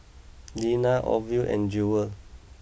Deena Orvel and Jewel